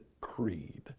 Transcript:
creed